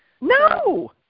No